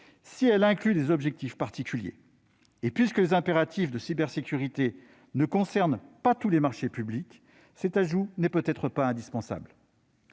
si elle inclut des objectifs particuliers. Les impératifs de cybersécurité ne concernant pas tous les marchés publics, cet ajout n'est peut-être pas indispensable.